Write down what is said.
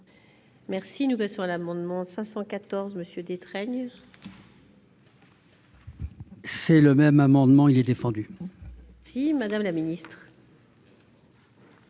Merci, nous passons à l'amendement 514 Monsieur Détraigne. C'est le même amendement il est défendu. Si Madame la Ministre.